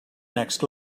next